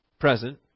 present